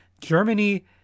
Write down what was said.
Germany